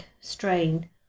strain